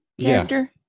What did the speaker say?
character